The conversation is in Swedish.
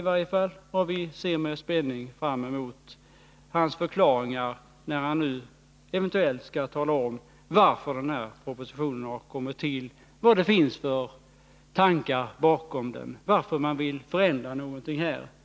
Vi ser därför med spänning fram mot hans förklaringar när han nu eventuellt kommer att tala om varför propositionen har kommit till, vad det finns för tankar bakom den, varför regeringen vill göra förändringar.